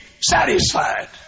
satisfied